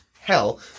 hell